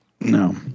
No